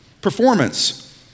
Performance